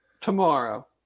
tomorrow